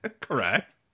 Correct